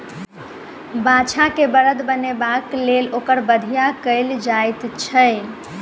बाछा के बड़द बनयबाक लेल ओकर बधिया कयल जाइत छै